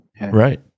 Right